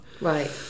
Right